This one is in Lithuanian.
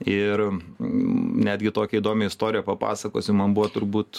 ir netgi tokią įdomią istoriją papasakosiu man buvo turbūt